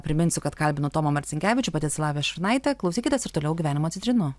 priminsiu kad kalbinu tomą marcinkevičių pati esu lavija šurnaitė klausykitės ir toliau gyvenimo citrinų